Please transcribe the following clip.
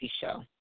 show